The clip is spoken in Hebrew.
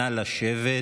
נא לשבת.